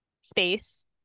space